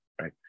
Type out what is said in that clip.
Right